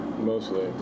Mostly